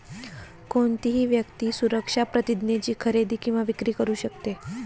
कोणतीही व्यक्ती सुरक्षा प्रतिज्ञेची खरेदी किंवा विक्री करू शकते